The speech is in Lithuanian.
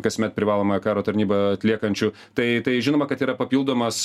kasmet privalomąją karo tarnybą atliekančių tai tai žinoma kad yra papildomas